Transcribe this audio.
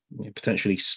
potentially